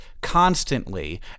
constantly